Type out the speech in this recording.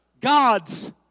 God's